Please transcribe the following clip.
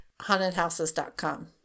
hauntedhouses.com